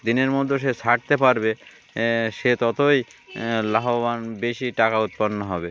দিনের মধ্যে সে ছাড়তে পারবে সে ততই লাভবান বেশি টাকা উৎপন্ন হবে